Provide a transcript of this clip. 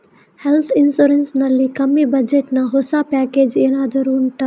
health insurance ನಲ್ಲಿ ಕಮ್ಮಿ budget ನ ಹೊಸ ಪ್ಯಾಕೇಜ್ ಏನಾದರೂ ಉಂಟಾ